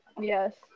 Yes